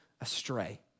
astray